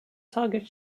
target